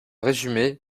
résumé